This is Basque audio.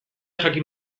jakin